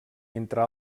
entre